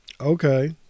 Okay